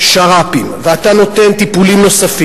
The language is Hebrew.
אני מסכים